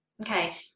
Okay